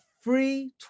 free